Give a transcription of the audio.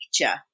picture